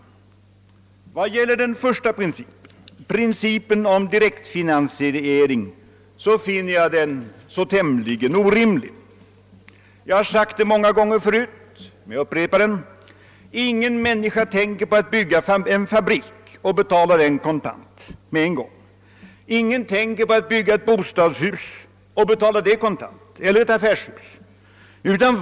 Principen om direkt finansiering finner jag tämligen orimlig. Jag har sagt det många gånger förut, och jag upprepar det: Ingen människa tänker på att uppföra en fabrik och betala den kontant; ingen tänker på att bygga ett bostadshus eller affärshus och betala det kontant.